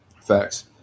Facts